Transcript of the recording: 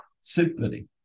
Symphony